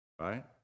right